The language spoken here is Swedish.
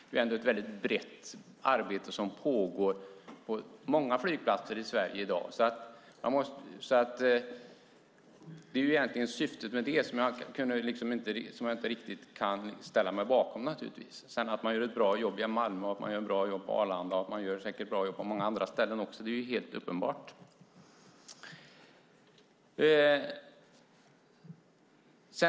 Det är ändå ett brett arbete som pågår på många flygplatser i Sverige i dag. Det är egentligen syftet med det som jag inte riktigt kan ställa mig bakom. Att man sedan gör ett bra arbete i Malmö och på Arlanda och säkert också på många andra ställen är helt uppenbart.